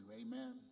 Amen